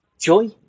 joy